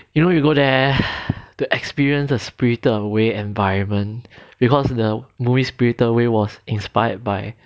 you know you go there to experience a spirited away environment because the movie spirited away was inspired by